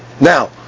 Now